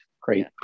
Great